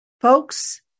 Folks